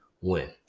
win